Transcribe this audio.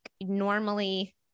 Normally